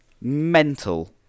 mental